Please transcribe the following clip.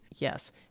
Yes